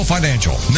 Financial